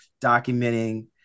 documenting